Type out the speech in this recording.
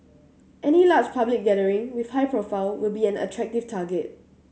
any large public gathering with high profile will be an attractive target